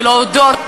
ולהודות,